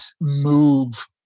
move